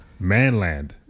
Manland